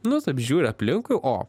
nu taip žiūri aplinkui o